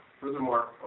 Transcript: Furthermore